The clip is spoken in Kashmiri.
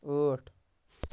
ٲٹھ